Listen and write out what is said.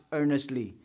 earnestly